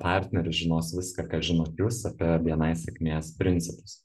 partneris žinos viską ką žinot jūs apie bni sėkmės principus